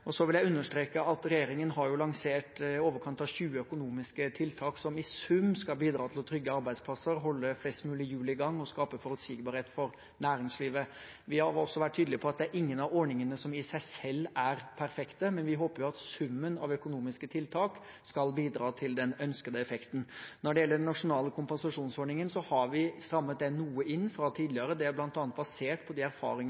Så vil jeg understreke at regjeringen har lansert i overkant av 20 økonomiske tiltak som i sum skal bidra til å trygge arbeidsplasser, holde flest mulig hjul i gang og skape forutsigbarhet for næringslivet. Vi har også vært tydelige på at ingen av ordningene i seg selv er perfekte, men vi håper at summen av økonomiske tiltak skal bidra til den ønskede effekten. Når det gjelder den nasjonale kompensasjonsordningen, har vi strammet den noe inn fra tidligere. Det er bl.a. basert på de erfaringene